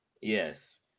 Yes